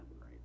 right